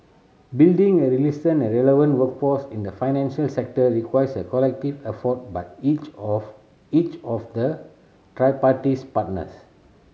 building a resilient and relevant workforce in the financial sector requires a collective effort by each of each of the tripartite partners